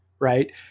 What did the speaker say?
Right